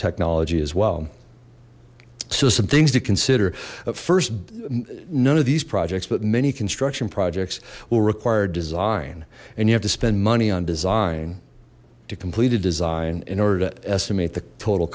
technology as well so some things to consider first none of these projects but many construction projects will require design and you have to spend money on design to complete a design in order to estimate the total